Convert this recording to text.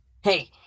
Hey